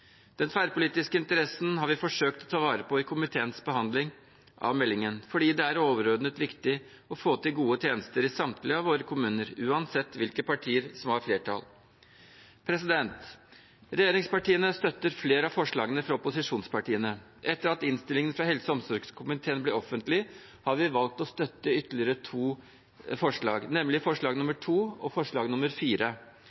Den tverrpolitiske interessen har vi forsøkt å ta vare på i komiteens behandling av meldingen, fordi det er overordnet viktig å få til gode tjenester i samtlige av våre kommuner, uansett hvilke partier som har flertall. Regjeringspartiene støtter flere av forslagene fra opposisjonspartiene. Etter at innstillingen fra helse- og omsorgskomiteen ble offentlig, har vi valgt å støtte ytterligere to forslag, nemlig forslagene til vedtak II og IV. Vi støtter intensjonen i forslag